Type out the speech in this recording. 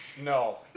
No